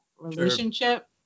relationship